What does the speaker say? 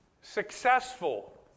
successful